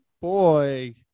Boy